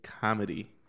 Comedy